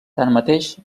tanmateix